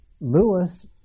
Lewis